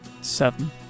Seven